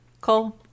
Cole